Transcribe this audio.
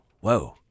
whoa